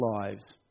lives